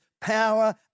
power